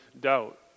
doubt